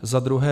Zadruhé.